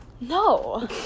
No